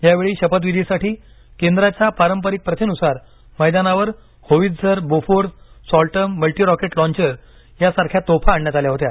यावेळी शपथविधीसाठी केंद्राच्या पारंपरिक प्रथेनुसार मैदानावर howitzer Bofors Soltam multirocket launcher यांसारख्या तोफा आणण्यात आल्या होत्या